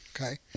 Okay